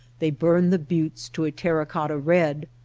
they burn the buttes to a terra-cotta red,